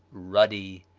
ruddy.